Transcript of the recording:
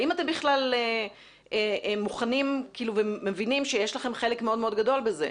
האם אתם בכלל מוכנים ומבינים שיש לכם חלק מאוד גדול בזה?